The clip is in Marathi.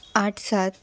आठ सात